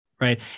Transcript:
right